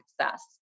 success